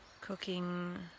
cooking